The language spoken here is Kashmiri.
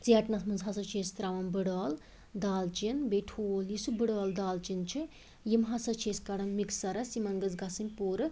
ژیٹنَس مَنٛز ہَسا چھِ أسۍ ترٛاوان بٕڑٕ ٲلہٕ دالچیٖن بیٚیہِ ٹھوٗل یُس یہِ بٕڑٕ ٲلہٕ دالچیٖن چھِ یم ہَسا چھِ أسۍ کَڑان مِکسَرَس یمن گٔژھ گَژھٕنۍ پوٗرٕ